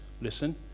listen